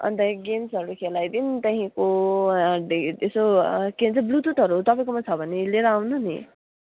अन्त गेम्स्हरू खेलाइदिउँ त्यहाँदेखिको यसो ब्लूटुथहरू तपाईँकोमा छ भने लिएर आउनु नि